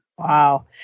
Wow